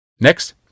Next